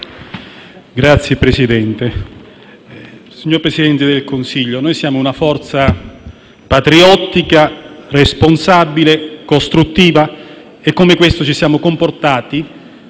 Signor Presidente del Consiglio, noi siamo una forza patriottica, responsabile e costruttiva che come tale si è comportata